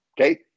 Okay